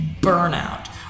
burnout